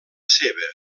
seva